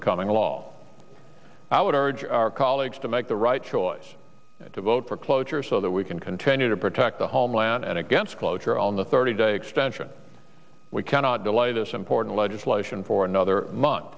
becoming law i would urge our colleagues to make the right choice to vote for cloture so that we can continue to protect the homeland against cloture on the thirty day extension we cannot delay this important legislation for another month